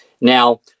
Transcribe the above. Now